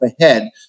ahead